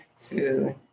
two